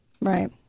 right